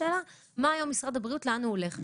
השאלה היא לאן משרד הבריאות הולך.